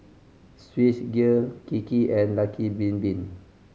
Swissgear Kiki and Lucky Bin Bin